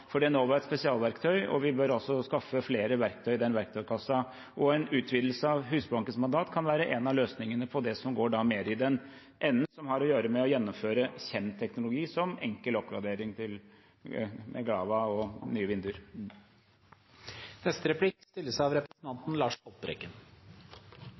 for Enova er et spesialverktøy, og vi bør skaffe flere verktøy i den verktøykassa. En utvidelse av Husbankens mandat kan være en av løsningene på det som går mer i den enden som har å gjøre med å gjennomføre kjent teknologi, som enkel oppgradering til Glava og nye